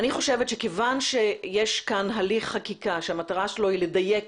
אני חושבת שכיוון שיש כאן הליך חקיקה שהמטרה שלו היא לדייק